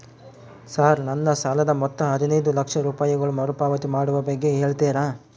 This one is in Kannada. ಸರ್ ನನ್ನ ಸಾಲದ ಮೊತ್ತ ಹದಿನೈದು ಲಕ್ಷ ರೂಪಾಯಿಗಳು ಮರುಪಾವತಿ ಮಾಡುವ ಬಗ್ಗೆ ಹೇಳ್ತೇರಾ?